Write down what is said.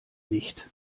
nicht